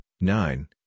nine